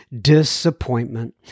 Disappointment